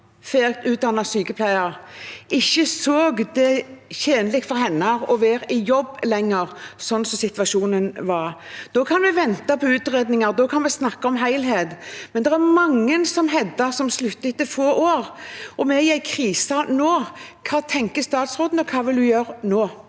ferdig utdannet sykepleier, ikke så det tjenlig for seg å være i jobb lenger slik situasjonen var? Da kan vi vente på utredninger, da kan vi snakke om helhet, men det er mange som Hedda, som slutter etter få år, og vi er i en krise nå. Hva tenker statsråden, og hva vil hun gjøre nå?